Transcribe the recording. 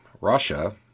Russia